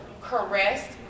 caressed